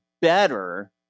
better